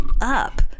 up